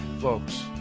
folks